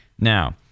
Now